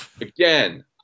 Again